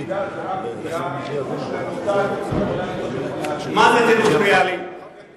בגידה זה רק פגיעה בשלמות הטריטוריאלית של מדינת ישראל.